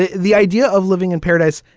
the the idea of living in paradise.